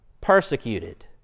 persecuted